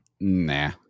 Nah